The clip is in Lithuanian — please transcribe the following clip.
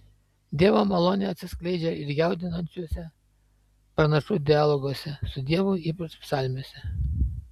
dievo malonė atsiskleidžia ir jaudinančiuose pranašų dialoguose su dievu ypač psalmėse